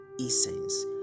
essence